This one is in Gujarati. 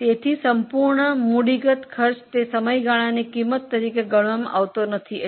તેથી સંપૂર્ણ મૂડીકૃત ખર્ચ સમયગાળાની ખર્ચ તરીકે ગણવામાં આવતું નથી